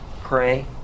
Pray